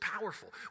powerful